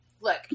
look